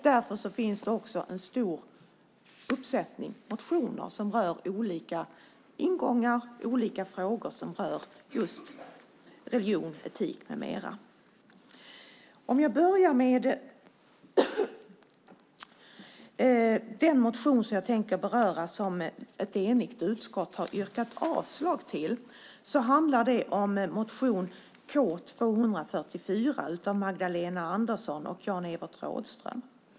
Därför finns det en stor uppsättning motioner med olika ingångar till frågor som gäller religion, etik med mera. Låt mig börja med den motion som ett enigt utskott har yrkat avslag på. Det är motion K244 av Magdalena Andersson och Jan-Evert Rådhström.